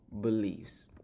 beliefs